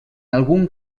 algun